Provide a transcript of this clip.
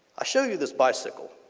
i show you this bicycle.